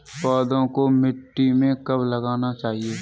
पौधों को मिट्टी में कब लगाना चाहिए?